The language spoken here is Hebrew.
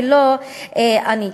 ולא אני.